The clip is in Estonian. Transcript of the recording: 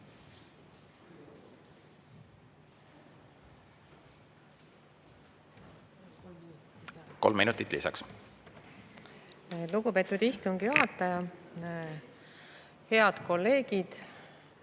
Kolm minutit lisaks. Lugupeetud istungi juhataja! Head kolleegid!